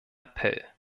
appell